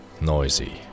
Noisy